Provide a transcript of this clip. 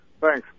thanks